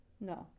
No